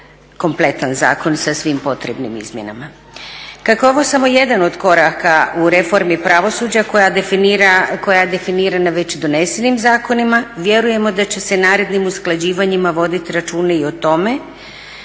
kompletan zakon sa svim potrebnim izmjenama. Kako je ovo samo jedan od koraka u reformi pravosuđa koja je definirana već donesenim zakonima vjerujemo da će se narednim usklađivanjima voditi računa i o tome